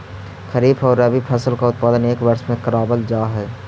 खरीफ और रबी फसल का उत्पादन एक वर्ष में करावाल जा हई